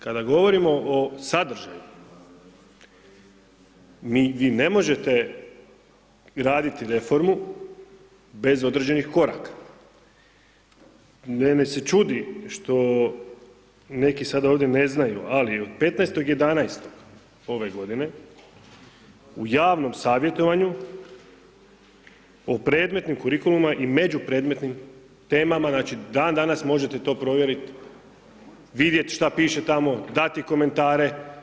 Kada govorimo o sadržaju, vi ne možete raditi reformu bez određenih koraka. … se čudi što neki sada ovdje ne znaju, ali od 15.11. ove godine u javnom savjetovanju o predmetu kurikuluma i međupredmetnim temama, znači, dan danas možete to provjeriti, vidjeti šta više tamo, dati komentare.